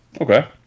Okay